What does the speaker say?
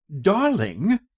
darling